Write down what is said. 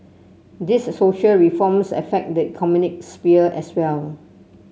these social reforms affect the economic sphere as well